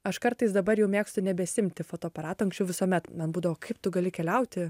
aš kartais dabar jau mėgstu nebesiimti fotoaparato anksčiau visuomet man būdavo kaip tu gali keliauti